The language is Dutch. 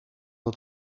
het